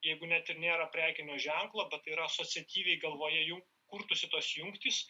jeigu net ir nėra prekinio ženklo bet tai yra asociatyviai galvoje jų kurtųsi tos jungtys